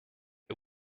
but